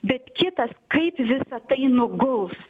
bet kitas kaip visa tai nuguls